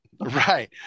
right